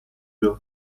will